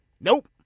Nope